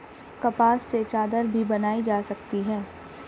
कपास से चादर भी बनाई जा सकती है